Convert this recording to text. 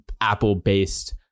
Apple-based